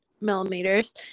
millimeters